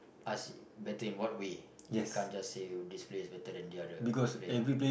ask better in what way you can't just say this plays better than the other